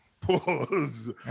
Pause